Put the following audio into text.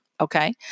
Okay